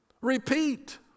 Repeat